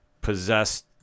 possessed